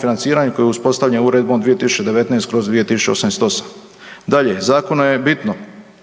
financiranja koji je uspostavljen Uredbom 2019/2088. Dalje, zakona je bitno